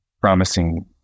promising